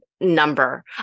number